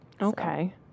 Okay